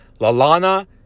lalana